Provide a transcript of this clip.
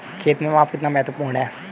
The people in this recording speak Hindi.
खेत में माप कितना महत्वपूर्ण है?